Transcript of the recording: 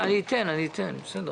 בסדר.